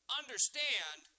understand